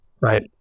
right